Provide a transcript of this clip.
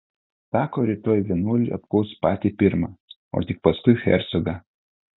sako rytoj vienuolį apklaus patį pirmą o tik paskui hercogą